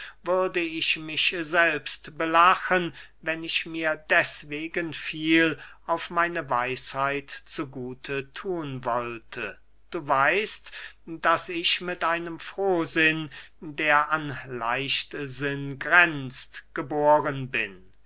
würde ich mich selbst belachen wenn ich mir deswegen viel auf meine weisheit zu gute thun wollte du weißt daß ich mit einem frohsinn der an leichtsinn grenzt geboren bin